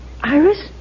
Iris